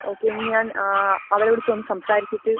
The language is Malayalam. ഓക്കെ ഞാൻ അവരെ വിളിച്ച് ഒന്ന് സംസാരിച്ചിട്ട്